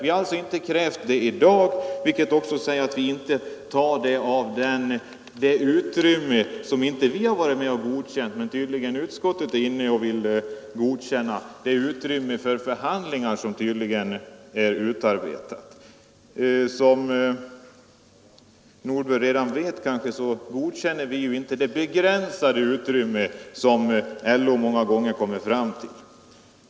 Vi har alltså inte krävt detta i dag — vilket också betyder att vi inte vill ta i anspråk det utrymme som inte vi men utskottet vill godkänna, nämligen det utrymme för förhandlingar som tydligen är fastställt. Som herr Nordberg kanske redan vet godkänner vi inte det begränsade utrymme som LO många gånger kommer fram till.